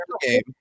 game